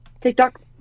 TikTok